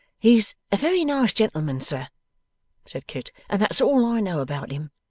he is a very nice gentleman, sir said kit, and that's all i know about him